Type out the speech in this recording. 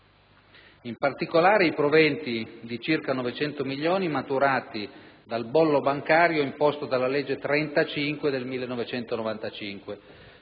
in particolare, i proventi di circa 900 milioni maturati dal bollo bancario imposto dalla legge n. 35 del 1995,